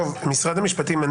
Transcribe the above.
משרד המשפטים,